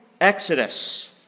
exodus